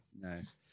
nice